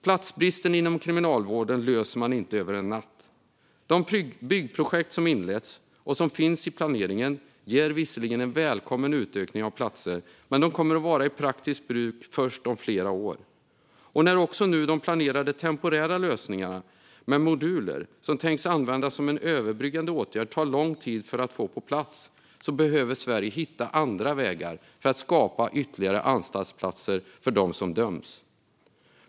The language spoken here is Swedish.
Platsbristen inom Kriminalvården löser man inte över en natt. De byggprojekt som inletts och de som finns i planeringen ger visserligen en välkommen ökning av antalet platser, men de kommer att vara i praktiskt bruk först om flera år. Nu när också de planerade temporära lösningarna med moduler, tänkta att användas som en överbryggande åtgärd, tar lång tid att få på plats behöver Sverige hitta andra vägar för att skapa ytterligare anstaltsplatser för dem som döms.